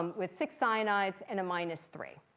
um with six cyanides and a minus three.